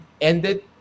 ended